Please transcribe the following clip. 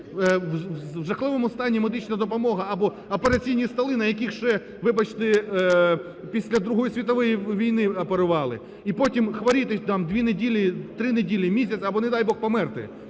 в жахливому стані медична допомога або операційні столи, на яких ще, вибачте, після Другої світової війни оперували, і потім хворіти там дві неділі, три неділі, місяць або, не дай Бог, померти,